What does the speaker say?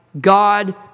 God